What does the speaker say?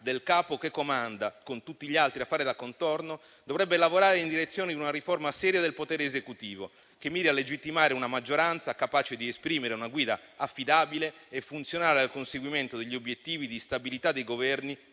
del capo che comanda, con tutti gli altri a fare da contorno, dovrebbe lavorare in direzione di una riforma seria del potere esecutivo, che miri a legittimare una maggioranza capace di esprimere una guida affidabile e funzionale al conseguimento degli obiettivi di stabilità dei Governi